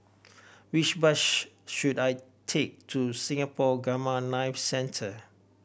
which bus should I take to Singapore Gamma Knife Centre